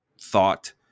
thought